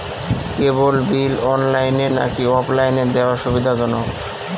কেবল bill অনলাইনে নাকি অফলাইনে দেওয়া সুবিধাজনক?